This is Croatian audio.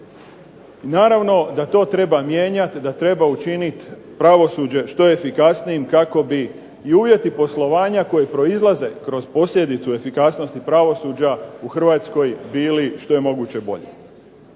Naravno da to treba mijenjati, da treba učiniti pravosuđe što efikasnijim kako bi i uvjeti poslovanja koje proizlaze kroz posljedicu efikasnosti pravosuđa u Hrvatskoj bili što je moguće bolje.